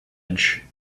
edge